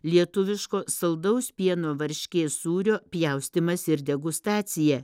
lietuviško saldaus pieno varškės sūrio pjaustymas ir degustacija